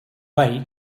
way